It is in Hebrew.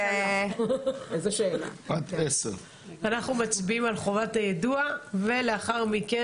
אנחנו מצביעים על חובת היידוע ולאחר מכן